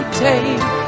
take